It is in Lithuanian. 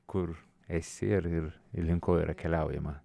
kur esi ir ir ir link ko yra keliaujama